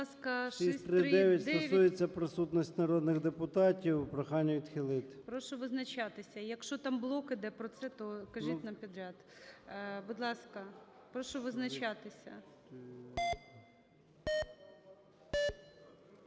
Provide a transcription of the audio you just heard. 639 стосується присутності народних депутатів. Прохання відхилити. ГОЛОВУЮЧИЙ. Прошу визначатися. Якщо там блок іде про це, то кажіть нам підряд. Будь ласка, прошу визначатися.